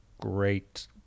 great